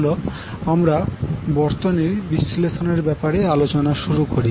চলো আমরা বর্তনীর বিশ্লেষণের ব্যাপারে আলোচনা শুরু করি